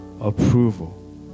approval